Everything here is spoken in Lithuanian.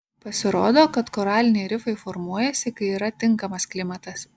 pasirodo kad koraliniai rifai formuojasi kai yra tinkamas klimatas